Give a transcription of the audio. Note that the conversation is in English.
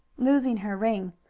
losing her ring.